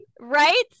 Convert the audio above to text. Right